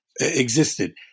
existed